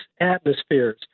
atmospheres